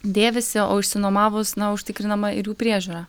dėvisi o išsinuomovus na užtikrinama ir jų priežiūra